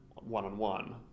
one-on-one